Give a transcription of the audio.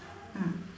mm